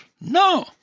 No